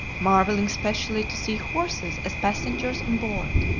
marvelling specially to see horses as passengers on board!